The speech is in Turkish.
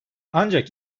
ancak